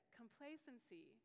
complacency